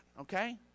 okay